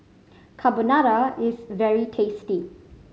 carbonara is very tasty